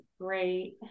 great